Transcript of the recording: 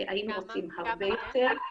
היינו רוצים הרבה יותר.